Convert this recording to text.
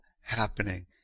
happening